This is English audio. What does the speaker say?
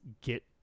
get